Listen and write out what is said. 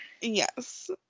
Yes